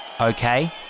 Okay